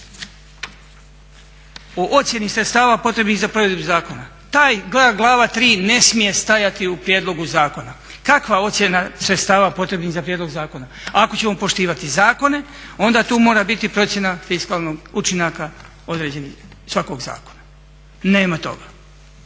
o ocjeni sredstava potrebnih za provedbu zakona. Glava 3 ne smije stajati u prijedlogu zakona. Kakva ocjena sredstava potrebnih za prijedlog zakona? Ako ćemo poštivati zakone onda tu mora biti procjena fiskalnih učinaka određenih svakog zakona. Nema toga.